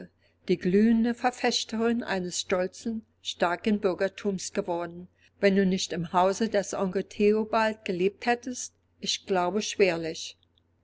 die glühende verfechterin eines stolzen starken bürgertums geworden wenn du nicht im hause des onkels theobald gelebt hättest ich glaube schwerlich